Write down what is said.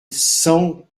cent